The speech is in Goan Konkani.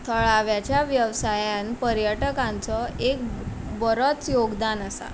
थळाव्याच्या वेवसायांत पर्यटकांचो एक बरोच योगदान आसा